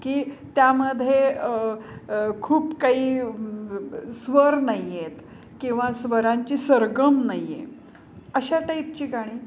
की त्यामध्ये खूप काही स्वर नाही आहेत किंवा स्वरांची सरगम नाही आहेत अशा टाईपची गाणी